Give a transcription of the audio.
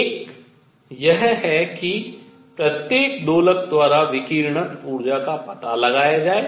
एक यह है कि प्रत्येक दोलक द्वारा विकिरणित ऊर्जा का पता लगाया जाए